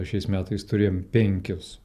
šiais metais turėjom penkis